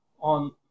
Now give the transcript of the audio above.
on